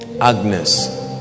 Agnes